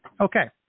Okay